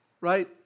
right